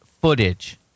footage